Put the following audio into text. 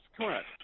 correct